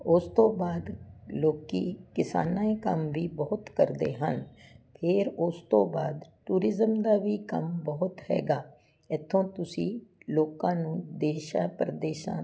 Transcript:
ਉਸ ਤੋਂ ਬਾਅਦ ਲੋਕੀ ਕਿਸਾਨਾਂ ਕੰਮ ਵੀ ਬਹੁਤ ਕਰਦੇ ਹਨ ਫਿਰ ਉਸ ਤੋਂ ਬਾਅਦ ਟੂਰਿਜ਼ਮ ਦਾ ਵੀ ਕੰਮ ਬਹੁਤ ਹੈਗਾ ਇੱਥੋਂ ਤੁਸੀਂ ਲੋਕਾਂ ਨੂੰ ਦੇਸ਼ਾਂ ਪ੍ਰਦੇਸ਼ਾਂ